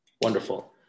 Wonderful